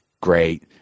great